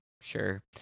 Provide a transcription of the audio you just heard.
sure